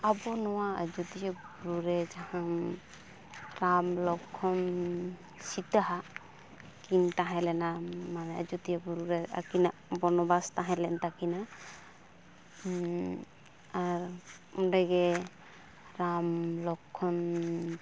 ᱟᱵᱚ ᱱᱚᱣᱟ ᱟᱡᱳᱫᱤᱭᱟᱹ ᱵᱩᱨᱩᱨᱮ ᱡᱟᱦᱟᱢ ᱨᱟᱢ ᱞᱚᱠᱠᱷᱚᱱ ᱥᱤᱛᱟᱼᱦᱟᱜ ᱠᱤᱱ ᱛᱟᱦᱮᱸ ᱞᱮᱱᱟ ᱢᱟᱱᱮ ᱟᱡᱳᱫᱤᱭᱟᱹ ᱵᱩᱨᱩᱨᱮ ᱟᱹᱠᱤᱱᱟᱜ ᱵᱚᱱᱚᱵᱟᱥ ᱛᱟᱦᱮᱸᱞᱮᱱ ᱛᱟᱹᱠᱤᱱᱟ ᱟᱨ ᱚᱸᱰᱮᱜᱮ ᱨᱟᱢ ᱞᱚᱠᱠᱷᱚᱱ